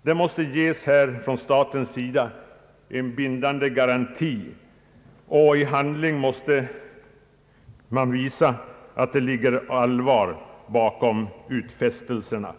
Staten måste ge en bindande garanti och i handling visa att det ligger allvar bakom utfästelserna.